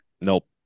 Nope